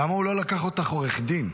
למה הוא לא לקח אותך כעורכת דין?